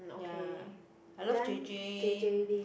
ya I love j_j